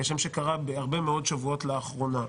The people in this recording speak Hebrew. כשם שקרה בהרבה מאוד שבועות לאחרונה,